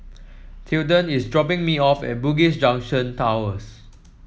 Tilden is dropping me off at Bugis Junction Towers